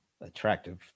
attractive